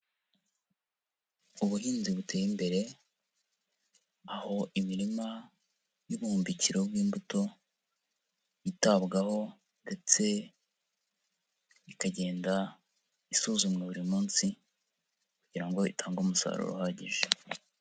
Ubuhinzi buteye imbere, aho imirima y'ubuhumbikiro bw'imbuto, yitabwaho ndetse ikagenda isuzumwa buri munsi kugira ngo itange umusaruro uhagije.